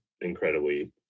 incredibly